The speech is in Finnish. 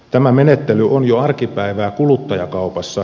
tämä menettely on jo arkipäivää kuluttajakaupassa